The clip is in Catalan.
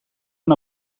una